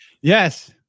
Yes